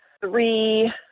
three